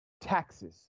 taxes